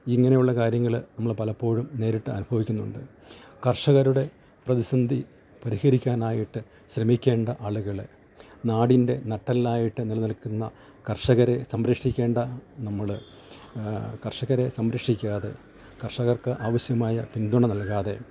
ഇങ്ങനെയുള്ള കാര്യങ്ങള് നമ്മള് പലപ്പോഴും നേരിട്ട് അനുഭവിക്കുന്നുണ്ട് കർഷകരുടെ പ്രതിസന്ധി പരിഹരിക്കാനായിട്ട് ശ്രമിക്കേണ്ട ആളുകള് നാടിൻ്റെ നട്ടെല്ലായിട്ട് നിലനിൽക്ക്ന്ന കർഷകരെ സംരക്ഷിക്കേണ്ട നമ്മള് കർഷകരെ സംരക്ഷിക്കാതെ കർഷകർക്ക് ആവശ്യമായ പിന്തുണ നൽകാതെ